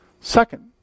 Second